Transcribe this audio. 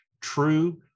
true